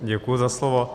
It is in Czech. Děkuji za slovo.